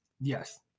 Yes